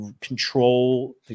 control